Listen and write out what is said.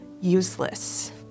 useless